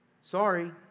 Sorry